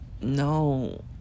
no